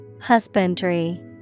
Husbandry